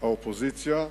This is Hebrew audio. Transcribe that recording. האופוזיציה,